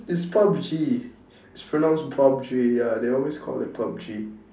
it's pub-G it's pronounced pub-G ya they always call it pub-G